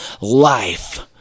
life